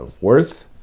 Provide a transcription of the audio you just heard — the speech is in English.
Worth